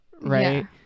right